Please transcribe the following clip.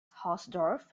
hausdorff